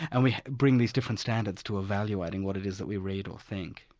and we bring these different standards to evaluating what it is that we read or think.